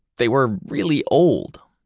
they were really old.